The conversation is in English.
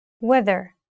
Weather